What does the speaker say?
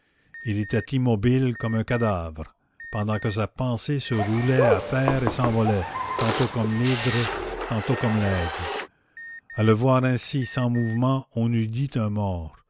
il était immobile comme un cadavre pendant que sa pensée se roulait à terre et s'envolait tantôt comme l'hydre tantôt comme l'aigle à le voir ainsi sans mouvement on eût dit un mort